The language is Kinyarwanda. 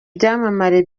byamamare